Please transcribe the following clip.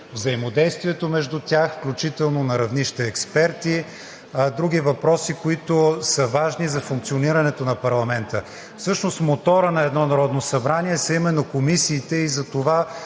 взаимодействието между тях, включително на равнище експерти, и с други въпроси, които са важни за функционирането на парламента. Всъщност моторът на едно Народно събрание са именно комисиите и затова